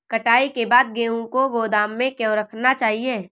कटाई के बाद गेहूँ को गोदाम में क्यो रखना चाहिए?